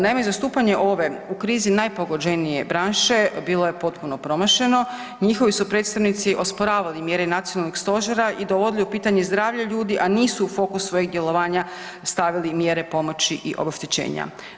Naime, zastupanje ove u krizi najpogođenije branše bilo je potpuno promašeno, njihovi su predstavnici osporavali mjere nacionalnog stožera i dovodili u pitanje zdravlje ljudi, a nisu u fokus svojeg djelovanja stavili mjere pomoći i obeštećenja.